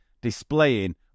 displaying